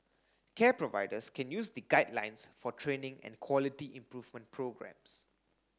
care providers can use the guidelines for training and quality improvement programmes